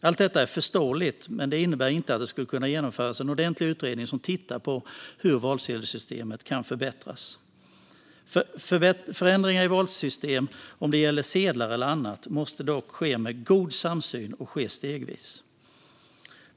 Allt detta är förståeligt, men det innebär inte att det inte skulle kunna genomföras en ordentlig utredning som tittar på hur valsedelsystemet kan förbättras. Förändringar i valsystem - det kan gälla sedlar eller annat - måste dock ske med god samsyn och stegvis.